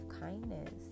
kindness